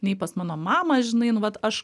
nei pas mano mamą žinai nu vat aš